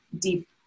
deep